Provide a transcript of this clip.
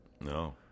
No